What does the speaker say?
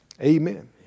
Amen